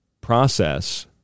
process